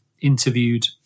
interviewed